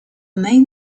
main